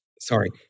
sorry